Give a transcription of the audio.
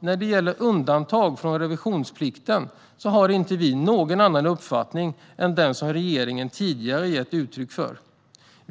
När det gäller undantag från revisionsplikten har vi inte någon annan uppfattning än den som regeringen tidigare gett uttryck för.